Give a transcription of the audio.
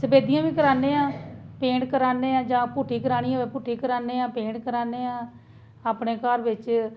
सफेदियां बी कराने आं पेंट कराने आं जां पुट्टी करानी होऐ पुट्टी कराने आं पेंट कराने आं अपने घर बिच